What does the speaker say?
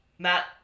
Matt